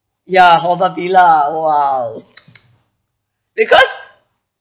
yeah haw par villa !wow! because